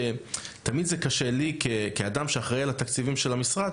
תמיד זה קשה לי כאדם שאחראי על התקציבים של המשרד,